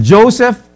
Joseph